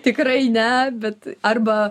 tikrai ne bet arba